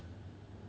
-EMPTY- (uh huh)